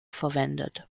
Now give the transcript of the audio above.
verwendet